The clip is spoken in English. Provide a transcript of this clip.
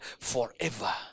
forever